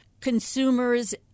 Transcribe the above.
consumers